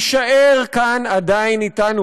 יישאר כאן עדיין אתנו,